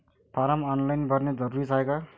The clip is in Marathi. फारम ऑनलाईन भरने जरुरीचे हाय का?